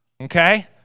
okay